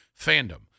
fandom